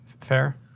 fair